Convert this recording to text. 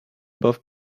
both